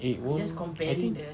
it won't I think